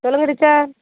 சொல்லுங்கள் டீச்சர்